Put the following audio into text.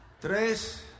tres